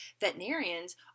veterinarians